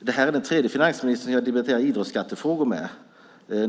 Det här är den tredje finansministern som jag debatterar idrottsskattefrågor med.